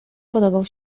podobał